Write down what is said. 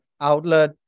outlet